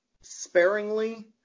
sparingly